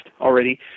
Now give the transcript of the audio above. already